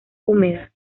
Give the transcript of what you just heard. húmedas